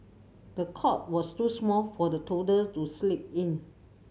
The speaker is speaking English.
the cot was too small for the toddler to sleep in